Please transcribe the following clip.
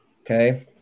Okay